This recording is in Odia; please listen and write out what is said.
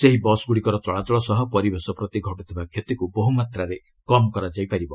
ଏହି ବସ୍ଗ୍ରଡ଼ିକର ଚଳାଚଳ ସହ ପରିବେଶ ପ୍ରତି ଘଟୁଥିବା କ୍ଷତିକୁ ବହୁମାତ୍ରାରେ କମ୍ କରାଯାଇପାରିବ